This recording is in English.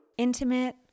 Intimate